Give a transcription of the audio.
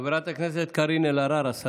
חברת הכנסת קארין אלהרר, השרה,